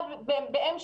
ב-M2